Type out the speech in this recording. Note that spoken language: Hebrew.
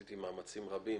ועשיתי מאמצים רבים.